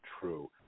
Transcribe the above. true